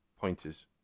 pointers